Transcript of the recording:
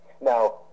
Now